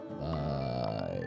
bye